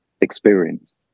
experience